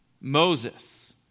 Moses